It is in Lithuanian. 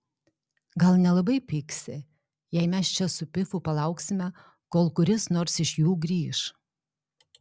gal nelabai pyksi jei mes čia su pifu palauksime kol kuris nors iš jų grįš